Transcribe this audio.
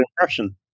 impression